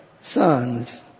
sons